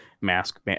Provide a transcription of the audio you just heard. mask